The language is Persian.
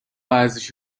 ارزش